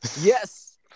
Yes